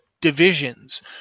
divisions